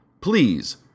Please